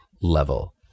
level